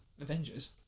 Avengers